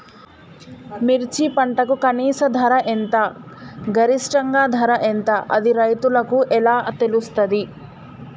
మిర్చి పంటకు కనీస ధర ఎంత గరిష్టంగా ధర ఎంత అది రైతులకు ఎలా తెలుస్తది?